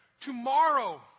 tomorrow